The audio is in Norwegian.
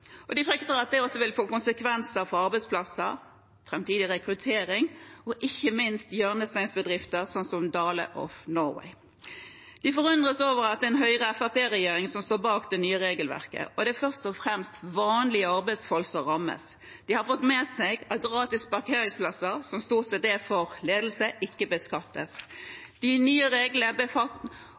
og de frykter at det også vil få konsekvenser for arbeidsplasser, framtidig rekruttering og ikke minst hjørnesteinsbedrifter som Dale of Norway. De forundres over at det er en Høyre- og Fremskrittsparti-regjering som står bak det nye regelverket, og det er først og fremst vanlige arbeidsfolk som rammes. De har fått med seg at gratis parkeringsplasser, som stort sett er for ledelsen, ikke beskattes. De nye reglene